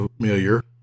familiar